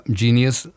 genius